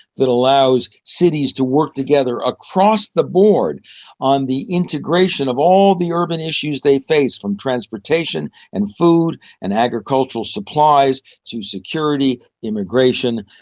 that allows cities to work together across the board on the integration of all the urban issues they face, from transportation and food and agricultural supplies, to security, immigration,